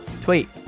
tweet